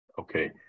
Okay